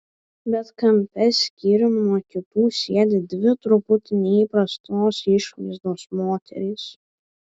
bet kampe skyrium nuo kitų sėdi dvi truputį neįprastos išvaizdos moterys